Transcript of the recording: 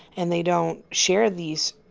and they don't share these,